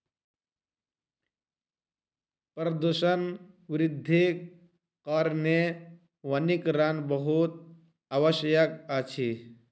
प्रदूषण वृद्धिक कारणेँ वनीकरण बहुत आवश्यक अछि